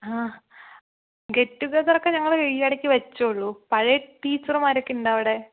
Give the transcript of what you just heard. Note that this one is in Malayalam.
ആഹ് ഗെറ്റുഗെതറൊക്കെ ഞങ്ങളീയിടയ്ക്ക് വച്ചേയുള്ളൂ പഴയ ടീച്ചർമാരൊക്കെ ഉണ്ടവിടെ